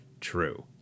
true